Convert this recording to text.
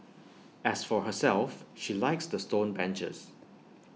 as for herself she likes the stone benches